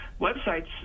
websites